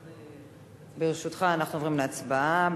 ברשותך, אנחנו עוברים להצבעה.